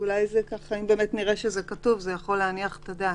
אם נראה משהו כתוב זה יכול להניח את הדעת.